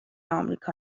آمریکا